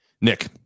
Nick